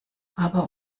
aber